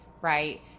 right